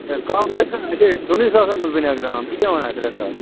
ہَے کَم گژھِ نا اَسہِ ہے دۄنٕے ساسَن منٛز بَنیٛو گرٛام ژٕ کیٛاہ وَنان ترٛےٚ ساس